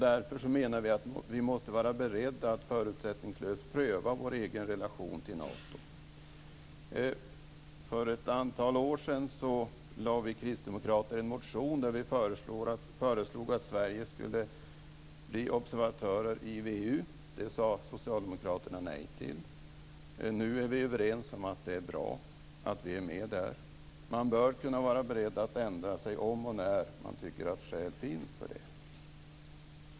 Därför menar vi att vi måste vara beredda att förutsättningslöst pröva vår egen relation till Nato. För ett antal år sedan väckte vi kristdemokrater en motion där vi föreslog att Sverige skulle bli observatör i VEU. Det sade socialdemokraterna nej till. Nu är vi överens om att det är bra att vi är med där. Man bör kunna vara beredd att ändra sig om och när man tycker att skäl finns för det.